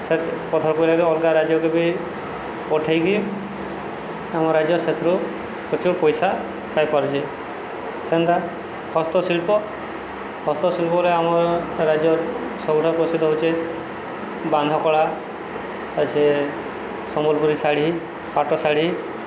ସେ ପଥରକୁ ଅଲଗା ରାଜ୍ୟକୁ ବି ପଠେଇକି ଆମ ରାଜ୍ୟ ସେଥିରୁ ପ୍ରଚୁର ପଇସା ପାଇପାରୁଛି ସେମିତି ହସ୍ତଶିଳ୍ପ ହସ୍ତଶିଳ୍ପରେ ଆମ ରାଜ୍ୟ ସବୁଠାରୁ ପ୍ରସିଦ୍ଧ ହେଉଛି ବାନ୍ଧକଳା ଆଛ ସମ୍ବଲପୁରୀ ଶାଢ଼ୀ ପାଟଶାଢ଼ୀ